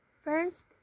First